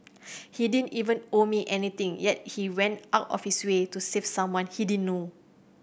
he didn't even owe me anything yet he went out of his way to save someone he didn't know